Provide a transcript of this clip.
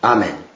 Amen